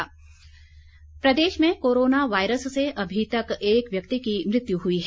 corona प्रतिबंध प्रदेश में कोरोना वायरस से अभी तक एक व्यक्ति की मृत्यु हुई है